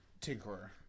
Tinkerer